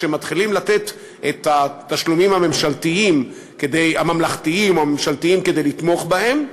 כשהם מתחילים לתת את התשלומים הממלכתיים או הממשלתיים כדי לתמוך בהם?